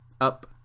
up